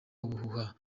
ubuhuha